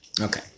Okay